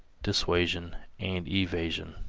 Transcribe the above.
dissuasion and evasion.